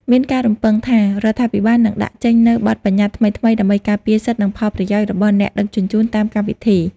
មានការរំពឹងថា រដ្ឋាភិបាលនឹងដាក់ចេញនូវបទប្បញ្ញត្តិថ្មីៗ ដើម្បីការពារសិទ្ធិ និងផលប្រយោជន៍របស់អ្នកដឹកជញ្ជូនតាមកម្មវិធី។